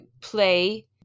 play